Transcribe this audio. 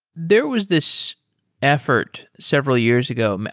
there was this effort several years ago.